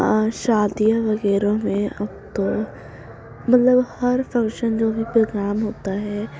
شادیاں وغیرہ میں اب تو مطلب ہر فنکشن میں جو بھی پروگرام ہوتا ہے